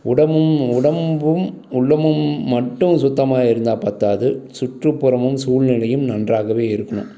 உடமும் உடம்பும் உள்ளமும் மட்டும் சுத்தமாக இருந்தால் பற்றாது சுற்றுப்புறமும் சூழ்நிலையும் நன்றாகவே இருக்கணும்